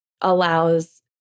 allows